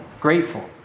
grateful